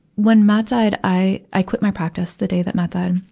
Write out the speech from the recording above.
when matt died, i, i quit my practice the day that matt died,